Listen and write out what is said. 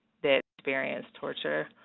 that variance torture.